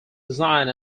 design